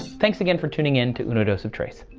thanks again for tuning in to uno dos of trace.